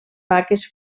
vaques